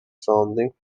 sounding